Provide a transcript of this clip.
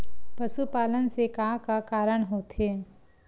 पशुपालन से का का कारण होथे?